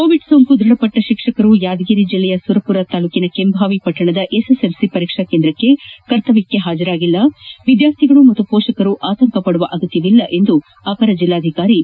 Covid ಸೋಂಕು ದೃಢಪಟ್ಟ ಶಿಕ್ಷಕರು ಯಾದಗಿರಿ ಜಿಲ್ಲೆಯ ಸುರಪುರ ತಾಲ್ಲೂಕಿನ ಕೆಂಭಾವಿ ಪಟ್ಟಣದ ಎಸ್ಸೆಸ್ಸೆಲ್ಸಿ ಪರೀಕ್ಷಾ ಕೇಂದ್ರಕ್ಕೆ ಕರ್ತವ್ಯಕ್ಕೆ ಹಾಜರಾಗಿಲ್ಲ ವಿದ್ಯಾರ್ಥಿಗಳು ಹಾಗೂ ಪೋಕರು ಆತಂಕಪಡುವ ಅಗತ್ಯವಿಲ್ಲ ಎಂದು ಅಪರ ಜಿಲ್ಲಾಧಿಕಾರಿ ಪ್ರಕಾಶ್ ಜಿ